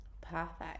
perfect